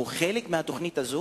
הוא חלק מהתוכנית הזאת?